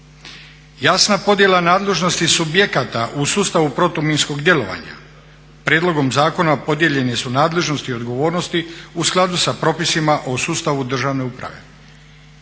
Jasna podjela nadležnosti subjekata u sustavu protuminskog djelovanja prijedlogom zakona podijeljene su nadležnosti i odgovornosti u skladu sa propisima u sustavu državne uprave.